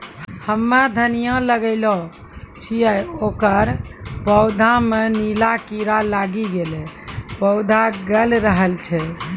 हम्मे धनिया लगैलो छियै ओकर पौधा मे नीला कीड़ा लागी गैलै पौधा गैलरहल छै?